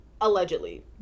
allegedly